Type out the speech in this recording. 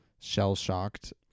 shell-shocked